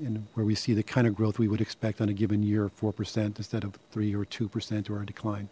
you know where we see the kind of growth we would expect on a given year four percent instead of three or two percent or a decline